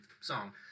song